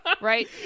right